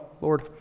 Lord